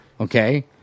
Okay